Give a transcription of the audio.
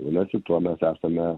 vanasi tuo mes esame